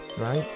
right